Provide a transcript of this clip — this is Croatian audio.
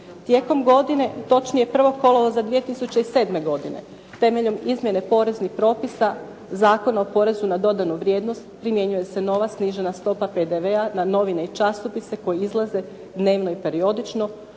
Tijekom godine, točnije 1. kolovoza 2007. godine temeljem izmjene poreznih propisa Zakon o porezu na dodanu vrijednost primjenjuje se nova snižena stopa PDV-a na novine i časopise koji izlaze dnevno i periodično.